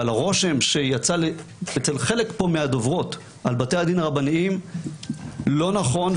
אבל הרושם שיצא אצל חלק מהדוברות פה על בתי הדין הרבניים לא נכון,